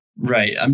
Right